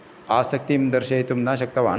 आसक्तिं दर्शयितुं न शक्तवान्